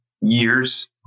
years